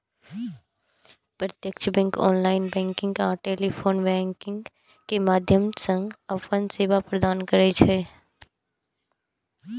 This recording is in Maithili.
प्रत्यक्ष बैंक ऑनलाइन बैंकिंग आ टेलीफोन बैंकिंग के माध्यम सं अपन सेवा प्रदान करै छै